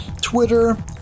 Twitter